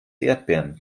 erdbeeren